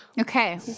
Okay